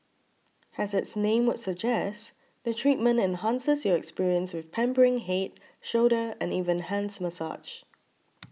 as its name would suggest the treatment enhances your experience with pampering head shoulder and even hands massage